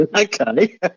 Okay